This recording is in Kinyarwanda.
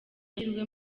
amahirwe